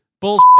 bullshit